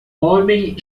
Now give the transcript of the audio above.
homem